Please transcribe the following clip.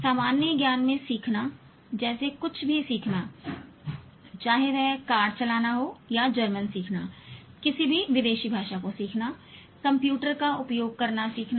सामान्य ज्ञान में सीखना जैसे कुछ भी सीखना चाहे वह कार चलाना हो या जर्मन सीखना किसी भी विदेशी भाषा को सीखना कंप्यूटर का उपयोग करना सीखना